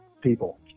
people